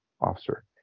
officer